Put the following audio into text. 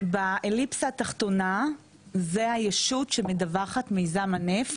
באליפסה התחתונה זו הישות שמדווחת מיזם הנפט,